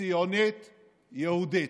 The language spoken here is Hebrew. ציונית יהודית.